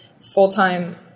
full-time